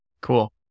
Cool